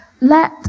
Let